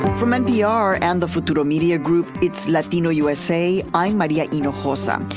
from npr and the futuro media group, it's latino usa. i'm maria you know hinojosa.